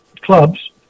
clubs